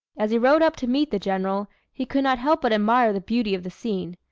as he rode up to meet the general, he could not help but admire the beauty of the scene.